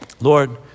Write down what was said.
Lord